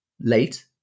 late